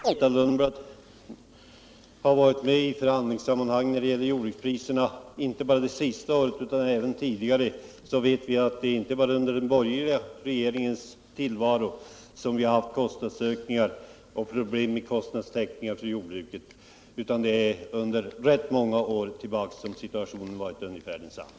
Herr talman! Eftersom både jag och Grethe Lundblad har varit med i förhandlingssammanhang när det gäller jordbrukspriserna, inte bara det senaste året utan även tidigare, vet vi att det inte är bara under den borgerliga regeringens tillvaro som vi har haft kostnadsökningar och problem beträffande kostnadstäckningar för jordbruket. Sedan rätt många år tillbaka har situationen varit ungefär densamma.